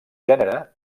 gènere